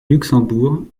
luxembourg